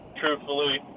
truthfully